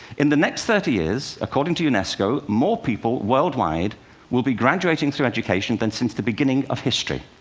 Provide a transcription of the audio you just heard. in the next thirty years, according to unesco, more people worldwide will be graduating through education than since the beginning of history.